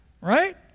right